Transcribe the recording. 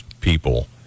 people